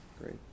Great